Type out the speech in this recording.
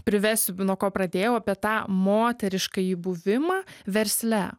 privesiu nuo ko pradėjau apie tą moteriškąjį buvimą versle